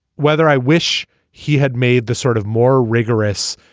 whether i wish he had made the sort of more rigorous